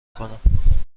کنم